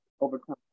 overcome